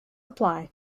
apply